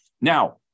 Now